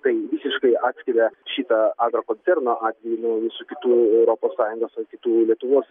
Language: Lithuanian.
tai visiškai atskiria šitą agrokoncerno atvejį nuo visų kitų europos sąjungos ar kitų lietuvos